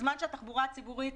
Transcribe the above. בזמן שהתחבורה הציבורית